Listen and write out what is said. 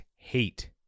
hate